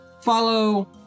follow